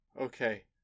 Okay